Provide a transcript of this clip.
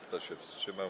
Kto się wstrzymał?